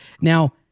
Now